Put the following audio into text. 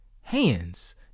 hands